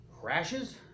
crashes